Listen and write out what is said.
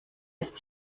ist